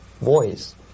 voice